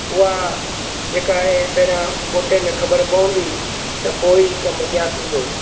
उहा जेका हीअ पहिरियां फ़ोटे में ख़बर पवंदी त पोइ कमु अॻियां थींदो